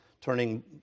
turning